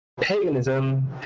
paganism